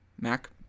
Mac